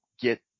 get